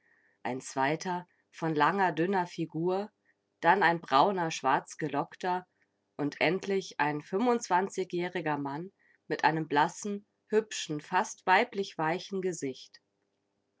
ein zweiter von langer dünner figur dann ein brauner schwarzgelockter und endlich ein fünfundzwanzigjähriger mann mit einem blassen hübschen fast weiblich weichen gesicht